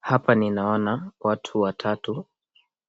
Hapa ninaona watu watatu